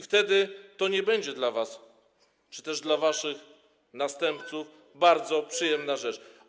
Wtedy to nie będzie dla was, czy też dla waszych następców, bardzo przyjemna rzecz.